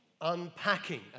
unpacking